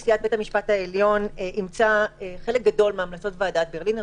נשיאת בית המשפט העליון אימצה חלק גדול מהמלצות ועדת ברלינר,